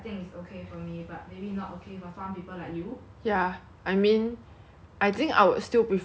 I think I would still prefer the korea chicken like original than compared to like K_F_C